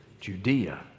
Judea